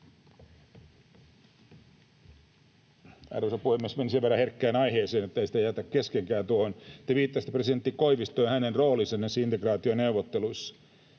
Arvoisa puhemies! Meni sen verran herkkään aiheeseen, etten sitä jätä keskenkään tuohon. — Te viittasitte presidentti Koivistoon ja hänen rooliinsa näissä integraationeuvotteluissa.